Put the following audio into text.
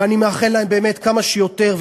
ואני מאחל להם כמה שיותר,